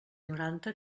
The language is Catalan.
noranta